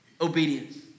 obedience